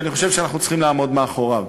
שאני חושב שאנחנו צריכים לעמוד מאחוריו.